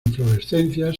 inflorescencias